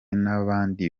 n’abandi